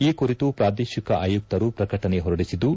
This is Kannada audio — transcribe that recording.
ಈ ಕುರಿತು ಪ್ರಾದೇಶಿಕ ಆಯುಕ್ತರು ಪ್ರಕಟಣೆ ಹೊರಡಿಸಿದ್ದು